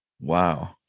Wow